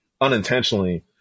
unintentionally